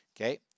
Okay